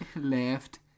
left